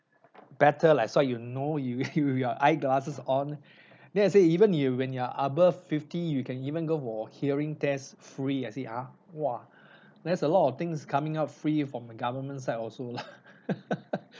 better lah that's why you know you you with your eye glasses on then I say even you when you are above fifty you can even go for hearing test free I say !huh! !wah! there's a lot of things coming out free from the government side also lah